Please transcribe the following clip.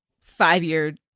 five-year